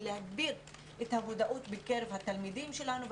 ולהגביר את המודעות בקרב התלמידים שלנו,